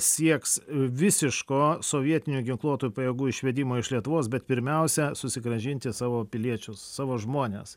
sieks visiško sovietinio ginkluotų pajėgų išvedimo iš lietuvos bet pirmiausia susigrąžinti savo piliečius savo žmones